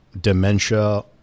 dementia